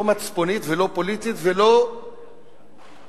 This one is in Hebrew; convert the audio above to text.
לא מצפונית ולא פוליטית ולא עקרונית,